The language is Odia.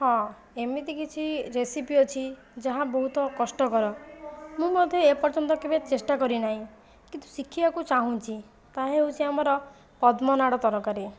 ହଁ ଏମିତି କିଛି ରେସିପି ଯାହା ବହୁତ କଷ୍ଟକର ମୁଁ ମଧ୍ୟ ଏପର୍ଯ୍ୟନ୍ତ କେବେ ଚେଷ୍ଟା କରିନାହିଁ କିନ୍ତୁ ଶିଖିବାକୁ ଚାହୁଁଛି ତାହା ହେଉଛି ଆମର ପଦ୍ମନାଡ଼ ତରକାରୀ